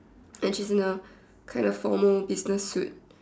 and she's in a kind of formal business suit